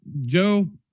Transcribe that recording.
Joe